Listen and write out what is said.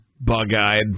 Bug-eyed